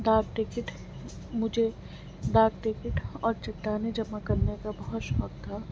ڈاک ٹکٹ مجھے ڈاک ٹکٹ اور جٹانے جمع کرنے کا بہت شوق تھا